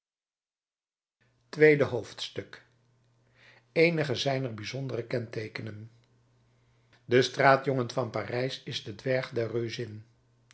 tweede hoofdstuk eenige zijner bijzondere kenteekenen de straatjongen van parijs is de dwerg der